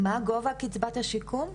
מה גובה קצבת השיקום?